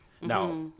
now